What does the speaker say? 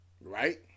Right